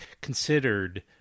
considered